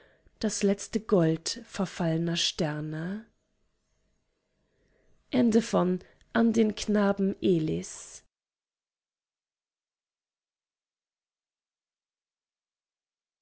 das letzte gold verfallener sterne